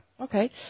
okay